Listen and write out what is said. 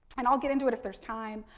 and, i'll get into it if there's time,